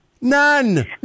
None